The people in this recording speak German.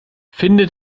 finde